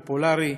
פופולרי,